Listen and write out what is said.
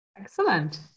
Excellent